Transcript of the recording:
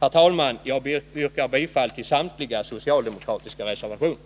Herr talman! Jag ber att få yrka bifall till samtliga socialdemokratiska reservationer.